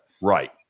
Right